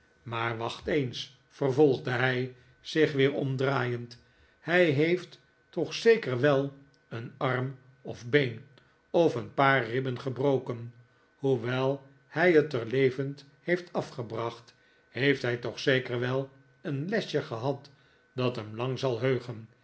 maar wacht eens vervolgde hij zich weer omdraaiend hij heeft toch zeker wel een arm of een been of een paar ribben gebroken hoewel hij het er levend heeft afgebracht heeft hij toch zeker wel een lesje gehad dat hem lang zal heugen